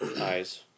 eyes